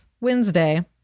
Wednesday